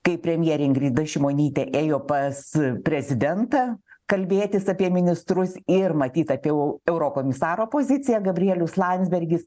kai premjerė ingrida šimonytė ėjo pas prezidentą kalbėtis apie ministrus ir matyt apie eurokomisaro poziciją gabrielius landsbergis